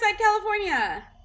California